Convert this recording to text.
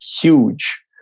huge